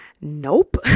nope